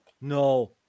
No